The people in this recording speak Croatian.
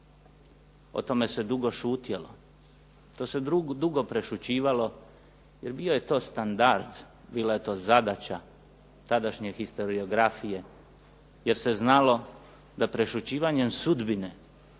O tome se dugo šutjelo, to se drugo prešućivalo jer bio je to standard, bila je to zadaća tadašnje historiografije jer se znalo da prešućivanjem sudbine